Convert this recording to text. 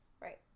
Right